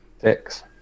Six